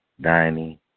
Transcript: dining